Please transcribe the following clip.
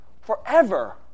forever